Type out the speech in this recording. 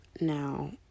now